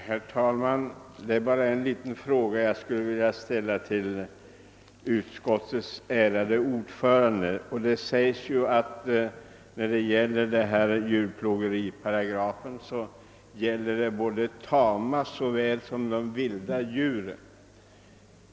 Herrr talman! Det är bara en liten sak jag vill fråga utskottets ärade ordförande om, eftersom djurplågeriparagrafen sägs gälla såväl tama som vilda djur.